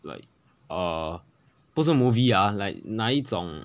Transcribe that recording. like uh 不是 movie ah like 哪一种